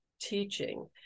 teaching